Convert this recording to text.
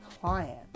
client